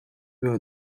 will